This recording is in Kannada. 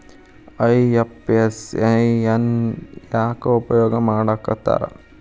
ಐ.ಎಫ್.ಎಸ್.ಇ ನ ಯಾಕ್ ಉಪಯೊಗ್ ಮಾಡಾಕತ್ತಾರ?